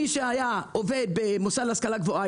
מי שהיה עובד במוסד להשכלה גבוהה,